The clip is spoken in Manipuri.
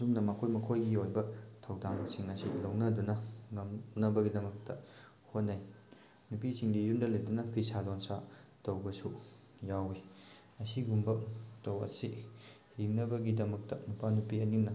ꯑꯁꯨꯝꯅ ꯃꯈꯣꯏ ꯃꯈꯣꯏꯒꯤ ꯑꯣꯏꯕ ꯊꯧꯗꯥꯡꯁꯤꯡ ꯑꯁꯤ ꯂꯧꯅꯗꯨꯅ ꯉꯝꯅꯕꯒꯤꯗꯃꯛꯇ ꯍꯣꯠꯅꯩ ꯅꯨꯄꯤꯁꯤꯡꯗꯤ ꯌꯨꯝꯗ ꯂꯩꯗꯨꯅ ꯐꯤꯁꯥ ꯂꯣꯟꯁꯥ ꯇꯧꯕꯁꯨ ꯌꯥꯎꯋꯤ ꯑꯁꯤꯒꯨꯝꯕ ꯃꯇꯧ ꯑꯁꯤ ꯍꯤꯡꯅꯕꯒꯤꯗꯃꯛꯇ ꯅꯨꯄꯥ ꯅꯨꯄꯤ ꯑꯅꯤꯅ